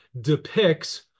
depicts